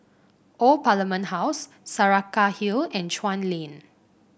Old Parliament House Saraca Hill and Chuan Lane